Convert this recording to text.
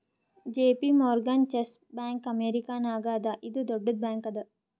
JP Morgan Chase bank ಅಮೇರಿಕಾನಾಗ್ ಅದಾ ಇದು ದೊಡ್ಡುದ್ ಬ್ಯಾಂಕ್ ಅದಾ